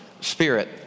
Spirit